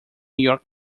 york